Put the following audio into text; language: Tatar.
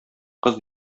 кыз